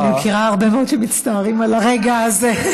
אני מכירה הרבה הורים שמצטערים על הרגע הזה.